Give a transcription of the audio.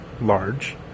large